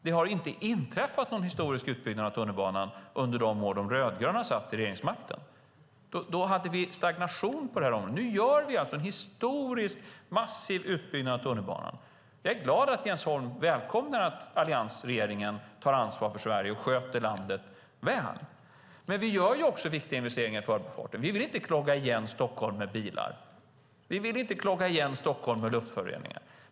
Det inträffade inte någon historisk utbyggnad av tunnelbanan under de år de rödgröna satt vid regeringsmakten. Då hade vi stagnation på området. Nu görs en historisk massiv utbyggnad av tunnelbanan. Jag är glad att Jens Holm välkomnar att alliansregeringen tar ansvar för Sverige och sköter landet väl, men vi gör också viktiga investeringar i förbifarten. Vi vill inte klogga igen Stockholm med bilar. Vi vill inte klogga igen Stockholm med luftföroreningar.